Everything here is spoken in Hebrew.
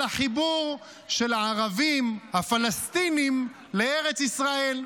החיבור של הערבים הפלסטינים לארץ ישראל.